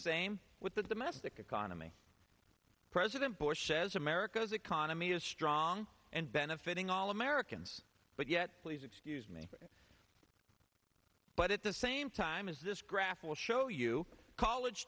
same with the domestic economy president bush says america's economy is strong and benefiting all americans but yet please excuse me but at the same time as this graph will show you college